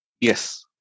Yes